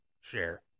share